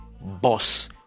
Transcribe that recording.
boss